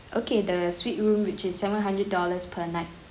okay the suite room which is seven hundred dollars per night